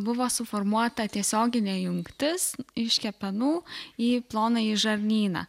buvo suformuota tiesioginė jungtis iš kepenų į plonąjį žarnyną